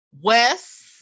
Wes